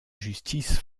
justice